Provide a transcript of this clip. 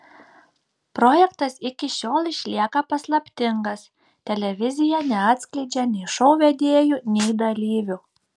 projektas iki šiol išlieka paslaptingas televizija neatskleidžia nei šou vedėjų nei dalyvių